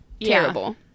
Terrible